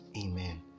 amen